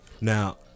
Now